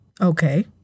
Okay